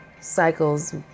cycles